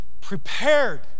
Prepared